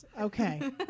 Okay